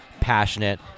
passionate